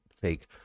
fake